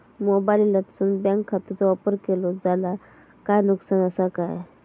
मोबाईलातसून बँक खात्याचो वापर केलो जाल्या काय नुकसान असा काय?